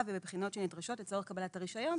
ובבחינות שנדרשות לצורך קבלת הרישיון,